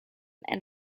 and